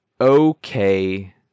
okay